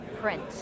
print